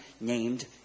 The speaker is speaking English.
named